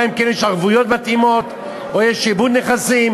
אלא אם כן יש ערבויות מתאימות או יש שעבוד נכסים.